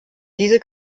diese